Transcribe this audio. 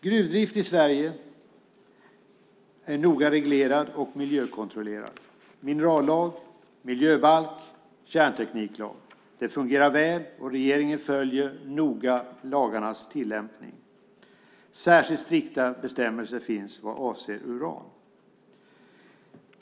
Gruvdrift i Sverige är noga reglerad och miljökontrollerad genom minerallag, miljöbalk och kärntekniklag. Det fungerar väl, och regeringen följer noga lagarnas tillämpning. Särskilt strikta bestämmelser finns vad avser uran.